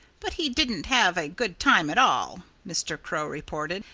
but he didn't have a good time at all, mr. crow reported,